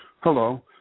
Hello